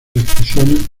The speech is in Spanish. descripciones